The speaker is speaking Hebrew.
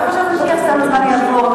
ככל שאנחנו נתווכח סתם הזמן יעבור,